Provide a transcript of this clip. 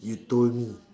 you told me